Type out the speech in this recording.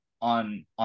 on